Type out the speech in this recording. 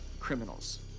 criminals